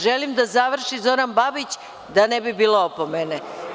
Želim da završi Zoran Babić, da ne bi bilo opomene.